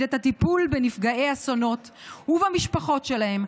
את הטיפול בנפגעי אסונות ובמשפחות שלהם,